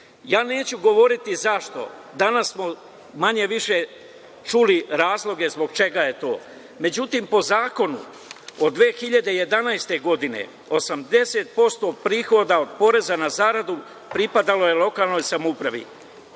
Ja neću govoriti zašto, danas smo manje-više čuli razloge zbog čega je to. Međutim, po zakonu od 2011. godine, 80% prihoda od poreza na zaradu pripadalo je lokalnoj samoupravi. Ono